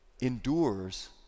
endures